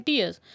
years